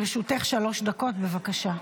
לרשותך שלוש דקות, בבקשה.